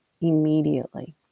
immediately